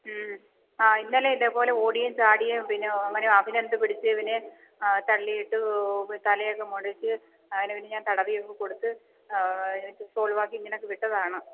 ഉം ആ ഇന്നലെ ഇതേ പോലെ ഓടിയും ചാടിയും പിന്നെ എങ്ങനെയോ അഭിനന്ദ് പിടിച്ചിവനെ തള്ളിയിട്ടൂ തലയൊക്കെ മൊഴച്ച് അവന് പിന്നെ തടവി ഉം ആ ഇന്നലെ ഇതുപോലെ ഓടിയും ചാടിയും പിന്നെ എങ്ങനെയോ അഭിനന്ദ് പിടിച്ചിവനെ തള്ളിയിട്ടൂ തലയൊക്കെ മുഴച്ച് അവന് പിന്നെ തടവിയൊക്കെ കൊടുത്ത് സോള്വാക്കി ഇങ്ങനെയൊക്കെ വിട്ടതാണ് ഉം